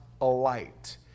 alight